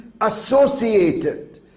associated